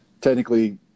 technically